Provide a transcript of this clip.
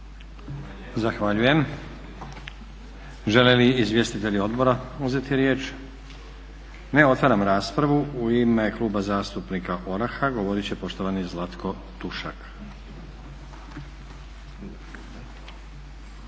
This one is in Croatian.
Zahvaljujem. Žele li izvjestitelji odbora uzeti riječ? Ne. Otvaram raspravu. U ime Kluba zastupnika ORAH-a govorit će poštovani Zlatko Tušak.